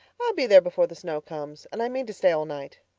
i'll be there before the snow comes and i mean to stay all night.